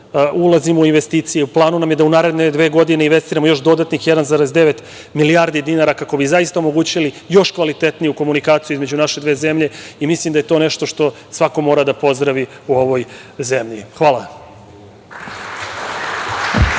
ulazimo u investicije.U planu nam je da u naredne dve godine investiramo još dodatnih 1,9 milijardi dinara kako bi zaista omogućili još kvalitetniju komunikaciju između naše dve zemlje i mislim da je to nešto što svako mora da pozdravi u ovoj zemlji. Hvala.